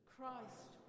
Christ